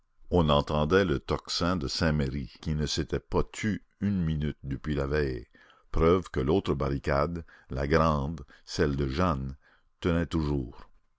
on entendait le tocsin de saint-merry qui ne s'était pas tu une minute depuis la veille preuve que l'autre barricade la grande celle de jeanne tenait toujours